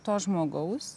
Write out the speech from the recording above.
to žmogaus